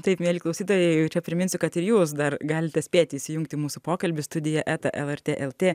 taip mieli klausytojai jau čia priminsiu kad ir jūs dar galite spėti įsijungti į mūsų pokalbį studija eta lrt lt